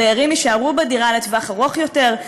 הדיירים יישארו בדירה לטווח ארוך יותר,